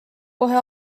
kohe